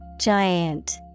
Giant